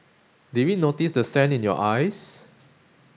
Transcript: did we notice the sand in your eyes